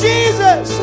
Jesus